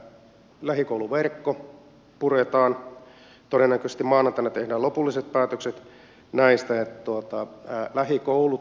lähikouluverkko puretaan todennäköisesti maanantaina tehdään lopulliset päätökset näistä ja lähikoulut lopetetaan